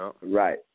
Right